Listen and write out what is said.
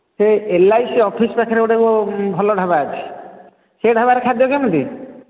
ସେ L I C office ପାଖରେ ଗୋଟେ ଭଲ ଢାବା ଅଛି ସେ ଢାବାରେ ଖାଦ୍ୟ କେମିତି